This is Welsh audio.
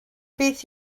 beth